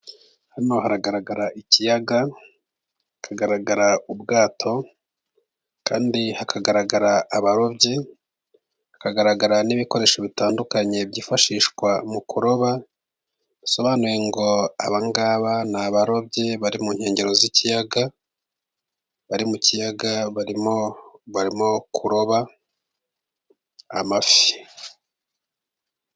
Hano hagaragara ikiyaga, hakagaragara ubwato, kandi hakagaragara abarobyi, hakagaragara n'ibikoresho bitandukanye byifashishwa mu kuroba, bisobanuye ngo abangaba ni abarobyi bari mu nkengero z'ikiyaga, bari mu kiyaga barimo barimo kuroba amafi.